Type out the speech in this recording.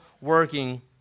working